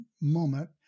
moment